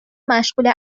مشغول